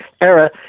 era